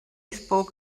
spoke